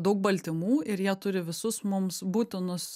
daug baltymų ir jie turi visus mums būtinus